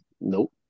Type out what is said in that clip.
Nope